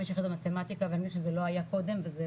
5 יחידות מתמטיקה וזה לא היה קודם וזאת